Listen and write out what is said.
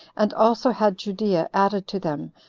and also had judea added to them,